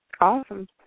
Awesome